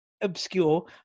obscure